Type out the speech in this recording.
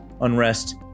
unrest